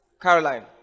Caroline